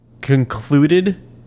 concluded